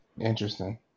Interesting